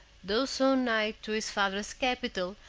though so nigh to his father's capital,